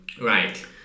right